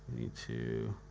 need to